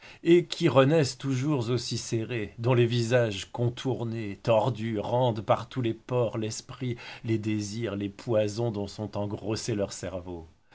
et qui renaissent toujours aussi serrés dont les visages contournés tordus rendent par tous les pores l'esprit les désirs les poisons dont sont engrossés leurs cerveaux